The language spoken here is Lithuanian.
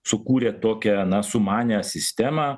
sukūrė tokią na sumanė sistemą